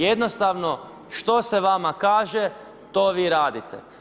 Jednostavno, što se vama kaže, to vi radite.